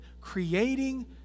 creating